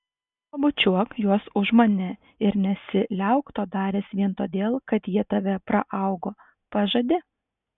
pabučiuok juos už mane ir nesiliauk to daręs vien todėl kad jie tave praaugo pažadi